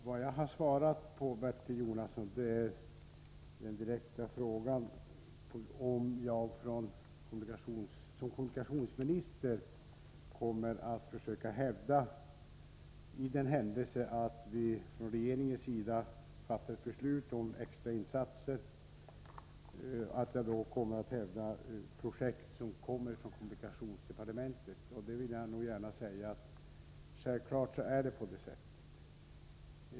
Vad jag har svarat på, Bertil Jonasson, är den direkta frågan om jag som kommunikationsminister, i händelse att man från regeringens sida fattar ett beslut om extra insatser, kommer att hävda Värmlands intressen i projekt som kommer från kommunikationsdepartementet. Jag vill gärna säga att det självfallet är på det sättet.